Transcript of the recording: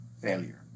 failure